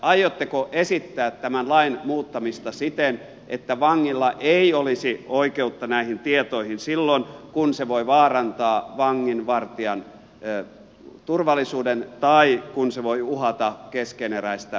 aiotteko esittää tämän lain muuttamista siten että vangilla ei olisi oikeutta näihin tietoihin silloin kun se voi vaarantaa vanginvartijan turvallisuuden tai kun se voi uhata keskeneräistä